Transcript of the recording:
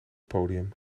podium